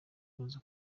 kuza